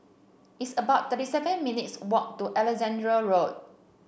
it's about thirty seven minutes' walk to Alexandra Road